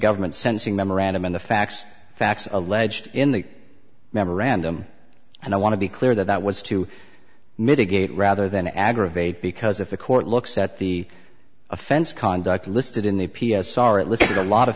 government's sensing memorandum in the facts facts alleged in the memorandum and i want to be clear that that was to mitigate rather than aggravate because if the court looks at the offense conduct listed in the p s r it listed a lot of